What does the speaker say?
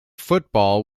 football